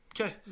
Okay